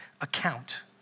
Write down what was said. account